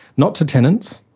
not to tenants,